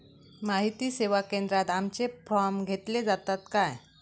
माहिती सेवा केंद्रात आमचे फॉर्म घेतले जातात काय?